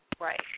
Right